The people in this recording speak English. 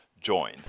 join